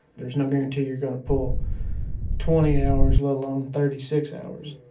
there's no guarantee you're going to pull twenty hours, let alone thirty six hours.